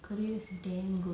career is damn good